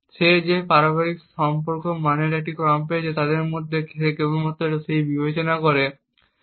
সে যে পারস্পরিক সম্পর্ক মানের ক্রমটি পেয়েছে তার মধ্যে সে কেবলমাত্র সেইটি বিবেচনা করে যার সর্বাধিক পারস্পরিক সম্পর্ক রয়েছে